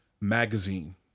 magazine